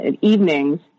evenings